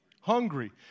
hungry